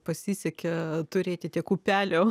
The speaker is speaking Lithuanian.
pasisekė turėti tiek upelių